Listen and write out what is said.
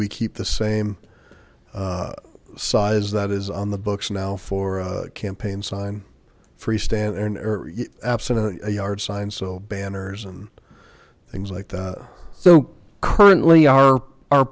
we keep the same size that is on the books now for a campaign sign freestanding absent a yard sign so banners and things like that so currently are our